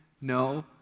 no